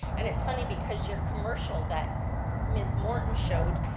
and it's funny because your commercial, that ms. morton showed,